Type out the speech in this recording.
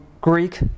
Greek